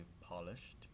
polished